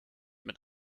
mit